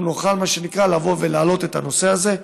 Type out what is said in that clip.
אנחנו נוכל להעלות את הנושא הזה.